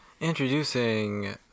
Introducing